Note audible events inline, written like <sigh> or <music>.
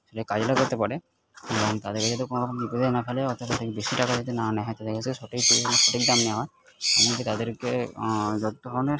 সেটা কাজটা করতে পারে এবং তাদেরকে যাতে কোনো রকম বিপদে না ফেলে অর্থাৎ তাদেরকে বেশি টাকা যাতে না নেওয়া হয় তাদের কাছ থেকে সঠিক <unintelligible> সঠিক দাম নেওয়া হয় এমন কি তাদেরকে যত ধরনের